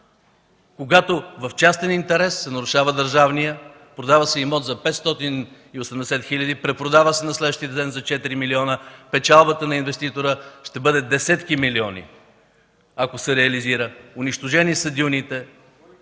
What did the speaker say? когато в частен интерес се нарушава държавният. Продава се имот за 580 хиляди, препродава се на следващия ден за 4 милиона. Печалбата на инвеститора ще бъде десетки милиони, ако се реализира. Унищожени са дюните!